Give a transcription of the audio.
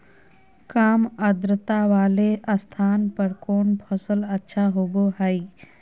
काम आद्रता वाले स्थान पर कौन फसल अच्छा होबो हाई?